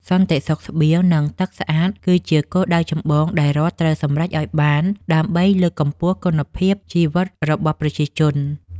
សន្តិសុខស្បៀង និងទឹកស្អាតគឺជាគោលដៅចម្បងដែលរដ្ឋត្រូវសម្រេចឱ្យបានដើម្បីលើកកម្ពស់គុណភាពជីវិតរបស់ប្រជាជន។